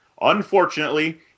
Unfortunately